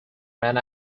ran